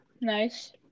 Nice